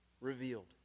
revealed